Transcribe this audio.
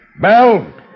Bell